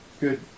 good